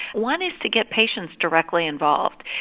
one is to get patients directly involved.